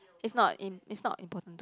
it's not in it's not important to